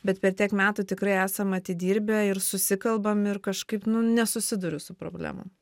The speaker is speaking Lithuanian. bet per tiek metų tikrai esame atidirbę ir susikalbam ir kažkaip nu nesusiduriu su problemom